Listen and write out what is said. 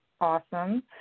awesome